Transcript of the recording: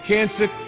Cancer